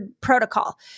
protocol